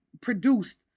produced